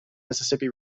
mississippi